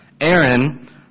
Aaron